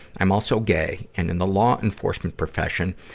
i'm also gay, and in the law enforcement profession,